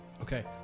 Okay